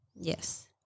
Yes